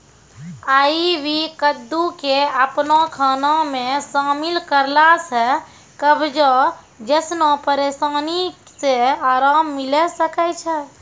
आइ.वी कद्दू के अपनो खाना मे शामिल करला से कब्जो जैसनो परेशानी से अराम मिलै सकै छै